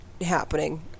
happening